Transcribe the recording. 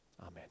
amen